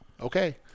Okay